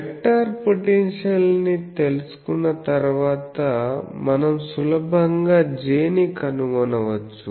vector potential ని తెలుసుకున్న తర్వాత మనం సులభంగా J ని కనుగొనవచ్చు